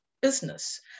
business